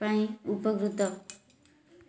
ପାଇଁ ଉପକୃତ